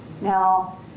now